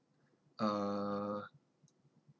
err